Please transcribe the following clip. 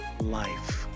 life